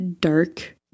dark